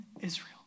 Israel